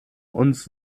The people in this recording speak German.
uns